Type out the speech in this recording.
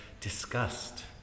disgust